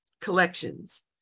collections